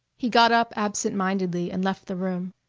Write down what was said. he got up absent-mindedly and left the room.